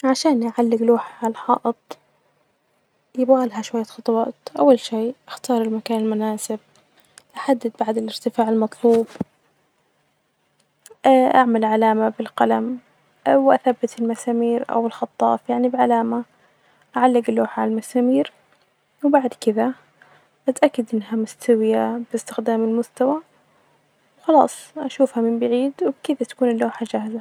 عشان نعلج لوحة علي الحائط ،يبغلها شوية خطوات أول شئ أختار المكان المناسب أحدد بعد الإرتفاع المطلوب، أعمل علامة بالقلم، وأثبت المسامير أو الخطاف يعني بعلامة، أعلج اللوحة علي المسامير بعد كده نتأكد إنها مستوية بإستخدام المستوي وخلاص أشوفها من بعيد وبكده تكون اللوحة جاهزة.